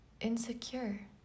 Insecure